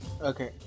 Okay